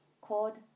called